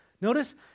Notice